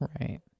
Right